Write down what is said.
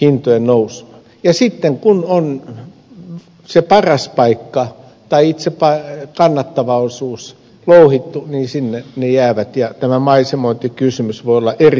hintojen nousua ja sitten kun on se paras paikka tai itse kannattava osuus louhittu niin sinne ne jäävät ja tämä maisemointikysymys voi olla erittäin hankala